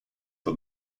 but